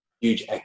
huge